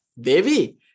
Devi